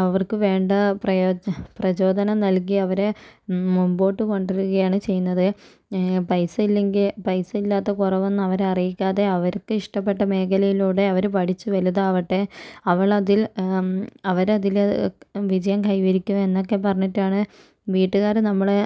അവർക്ക് വേണ്ട പ്രയോജ പ്രജോദനം നൽകി അവരെ മുമ്പോട്ട് കൊണ്ട് വരികയാണ് ചെയ്യുന്നത് പൈസ ഇല്ലെങ്കിൽ പൈസ ഇല്ലാത്ത കുറവൊന്നും അവരെ അറിയിക്കാതെ അവർക്ക് ഇഷ്ടപ്പെട്ട മേഖലയിലൂടെ അവര് പഠിച്ച് വലുതാവട്ടെ അവൾ അതിൽ അവര് അതില് വിജയം കൈവരിക്കും എന്നൊക്കെ പറഞ്ഞിട്ടാണ് വീട്ടുകാര് നമ്മളെ